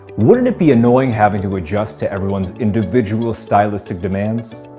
wouldn't it be annoying having to adjust to everyone's individual stylistic demands?